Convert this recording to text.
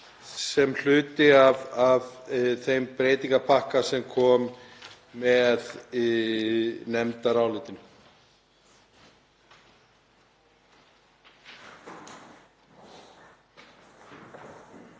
ekki hluti af þeim breytingapakka sem kom með nefndarálitinu?